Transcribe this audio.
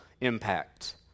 impact